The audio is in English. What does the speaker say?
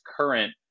current